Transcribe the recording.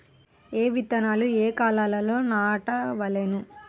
ఏ విత్తనాలు ఏ కాలాలలో నాటవలెను?